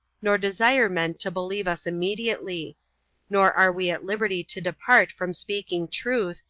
nor desire men to believe us immediately nor are we at liberty to depart from speaking truth,